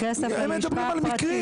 כסף ללשכה פרטית- - הם מדברים על מקרים,